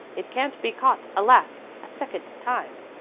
it can't be caught, alas! a second time.